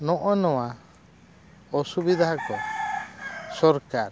ᱱᱚᱜᱼᱚᱸᱭ ᱱᱚᱣᱟ ᱚᱥᱩᱵᱤᱫᱷᱟ ᱠᱚ ᱥᱚᱨᱠᱟᱨ